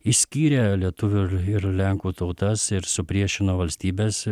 išskyrė lietuvių ir ir lenkų tautas ir supriešino valstybes